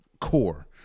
core